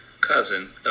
cousin